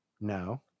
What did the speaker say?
No